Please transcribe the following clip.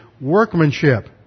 workmanship